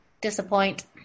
Disappoint